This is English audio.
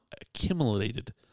accumulated